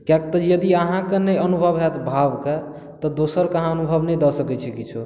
किएक तऽ अहाँके नहि अनुभव होयत भाव के तऽ दोसरके एक अहाँ अनुभव नहि दऽ सकै छियै किछो